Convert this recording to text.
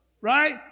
right